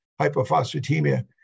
hypophosphatemia